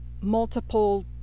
multiple